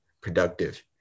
productive